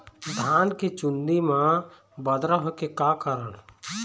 धान के चुन्दी मा बदरा होय के का कारण?